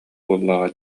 буоллаҕа